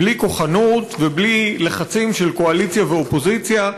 בלי כוחנות ובלי לחצים של קואליציה ואופוזיציה,